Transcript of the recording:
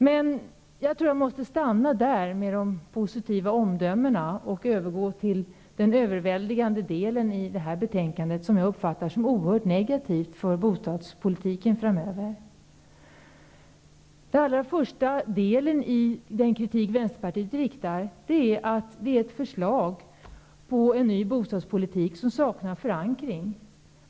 Där måste jag stanna med de positiva omdömena och övergå till den överväldigande delen i detta betänkande, som jag uppfattar som oerhört negativit för bostadspolitiken framöver. Den första delen i den kritik som Vänsterpartiet riktar mot förslaget om en ny bostadspolitik är att det saknar förankring.